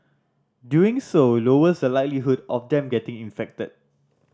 doing so lowers the likelihood of them getting infected